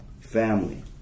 family